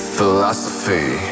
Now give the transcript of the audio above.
Philosophy